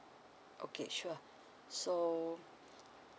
okay sure so